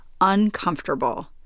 uncomfortable